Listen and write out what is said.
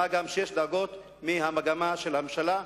מה גם שיש דאגות מהמגמה של הממשלה,